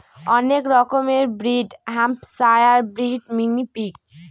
অনেক রকমের breed Hampshire breed, mini pig